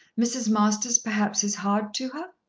mrs. masters perhaps is hard to her.